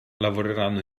lavoreranno